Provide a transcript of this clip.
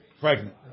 pregnant